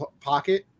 pocket